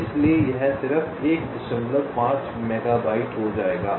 इसलिए यह सिर्फ 15 मेगाबाइट हो जाएगा